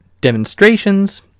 demonstrations